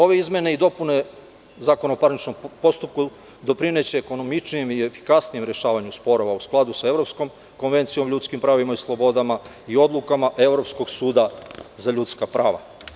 Ove izmene i dopune Zakona o parničnom postupku doprineće ekonomičnijem i efikasnijem rešavanju sporova u skladu sa Evropskom konvencijom o ljudskim pravima i slobodama i odlukama Evropskog suda za ljudska prava.